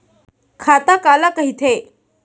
खाता काला कहिथे?